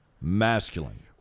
masculine